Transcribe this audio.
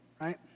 right